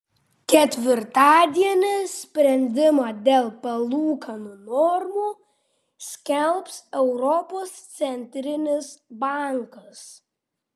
ketvirtadienį sprendimą dėl palūkanų normų skelbs europos centrinis bankas